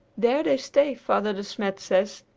there they stay, father de smet says,